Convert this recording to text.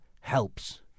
helps